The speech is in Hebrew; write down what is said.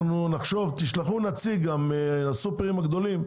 תשלחו נציג לישיבה הזאת, הסופרים הגדולים,